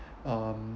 um